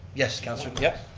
yes, councillor, yep.